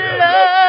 love